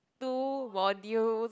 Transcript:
two modules